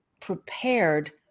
prepared